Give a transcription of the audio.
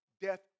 death